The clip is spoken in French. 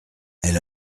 elle